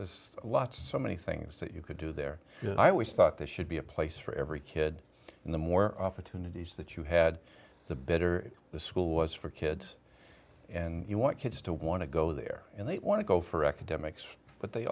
lot so many things that you could do there i always thought there should be a place for every kid and the more opportunities that you had the better the school was for kids and you want kids to want to go there and they want to go for academics but they